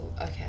okay